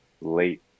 late